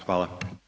Hvala.